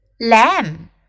lamb